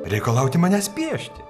reikalauti manęs piešti